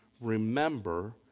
remember